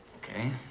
ok.